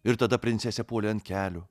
ir tada princesė puolė ant kelių